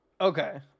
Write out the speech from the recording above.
Okay